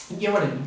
you get what I mean